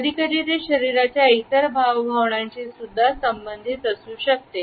कधी कधी ते शरीराच्या इतर भावभावनांशी सुद्धा संबंधित असू शकते